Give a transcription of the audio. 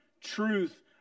truth